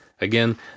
Again